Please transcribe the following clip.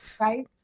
Right